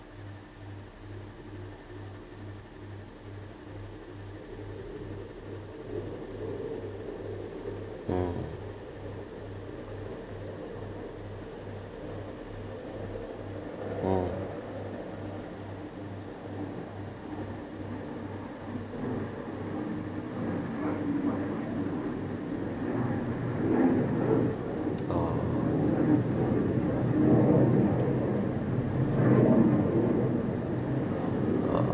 mm mm mm oh